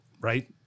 right